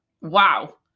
wow